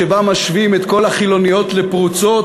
שבה משווים את כל החילוניות לפרוצות,